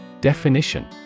Definition